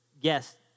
yes